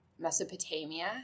mesopotamia